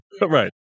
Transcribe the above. Right